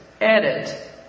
edit